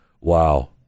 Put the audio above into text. Wow